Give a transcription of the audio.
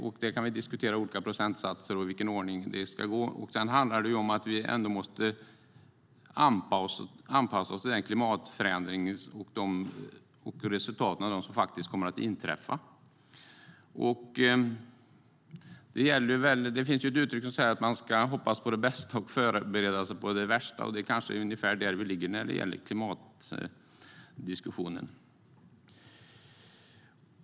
Vi kan diskutera olika procentsatser och i vilken ordning det ska ske. Vi måste anpassa oss till den klimatförändring och de resultat som faktiskt kommer att inträffa. Det finns ett uttryck som säger att man ska hoppas på det bästa och förbereda sig för det värsta. Kanske är det ungefär där vi ligger i klimatdiskussionen.